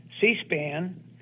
C-SPAN